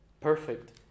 perfect